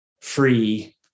free